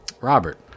Robert